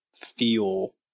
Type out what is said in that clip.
feel